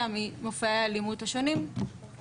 ממופעי האלימות השונים לתשלום בעצם בחיי אדם.